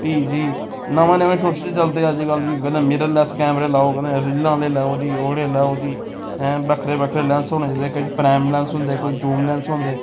फ्ही जी नमें नमें शोशे चलदे अज्जकल जी कदें मिरर लैस कमरे लैओ कदें रीलां आह्ले लैओ जी ओह्ड़े लैओ जी बक्खरे बक्खरे लैंस होने चहिदे किश प्रैम लैंस होंदे कोई जूम लैंस होंदे